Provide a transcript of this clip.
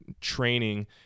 training